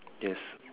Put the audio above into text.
yes